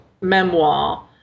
memoir